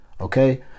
Okay